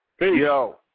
yo